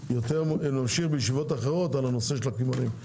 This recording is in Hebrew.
נמשיך בישיבות אחרות בנושא הקמעונאים.